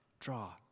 Draw